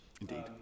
Indeed